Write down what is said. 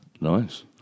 Nice